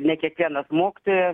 ne kiekvienas mokytojas